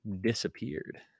disappeared